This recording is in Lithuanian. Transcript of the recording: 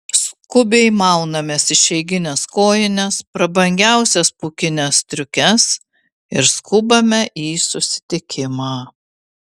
skubiai maunamės išeigines kojines prabangiausias pūkines striukes ir skubame į susitikimą